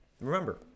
Remember